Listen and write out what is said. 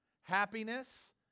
happiness